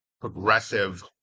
progressive